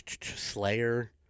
Slayer